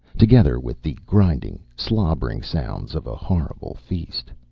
together with the grinding, slobbering sounds of a horrible feast.